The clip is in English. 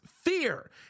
fear